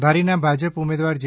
ધારીના ભાજપ ઉમેદવાર જે